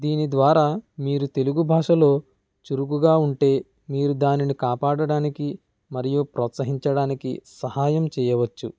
దీని ద్వారా మీరు తెలుగు భాషలో చురుకుగా ఉంటే మీరు దానిని కాపాడడానికి మరియు ప్రోత్సహించడానికి సహాయం చేయవచ్చు